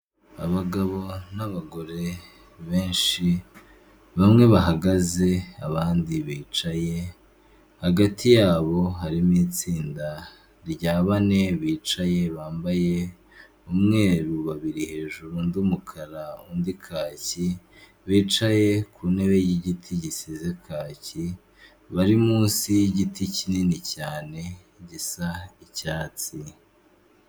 Abagabo n'abagore benshi, bamwe bahagaze abandi bicaye, hagati yabo harimo itsinda rya bane bicaye bambaye umweru, babiri hejuru, und’umukara, undi kaki bicaye ku ntebe yigiti gisize kaki bari munsi y’igiti kinini cyane gisa icyatsi.